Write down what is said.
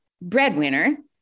breadwinner